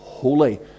Holy